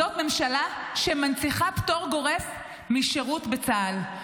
זאת ממשלה שמנציחה פטור גורף משירות בצה"ל,